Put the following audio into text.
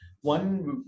one